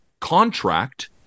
contract